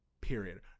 Period